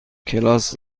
کلاس